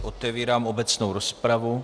Otevírám obecnou rozpravu.